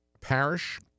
Parish